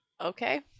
Okay